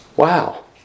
Wow